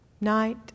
night